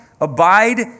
Abide